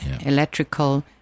electrical